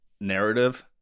narrative